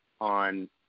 on